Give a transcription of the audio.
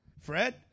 Fred